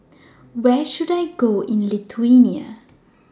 Where should I Go in Lithuania